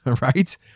Right